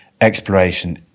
exploration